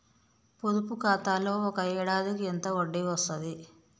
పొదుపు ఖాతాలో ఒక ఏడాదికి ఎంత వడ్డీ వస్తది?